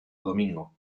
domingo